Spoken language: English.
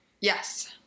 Yes